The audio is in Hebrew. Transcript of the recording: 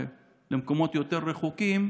למקומות יותר רחוקים,